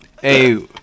Hey